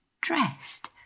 dressed